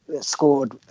scored